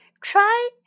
Try